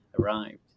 arrived